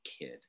kid